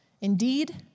Indeed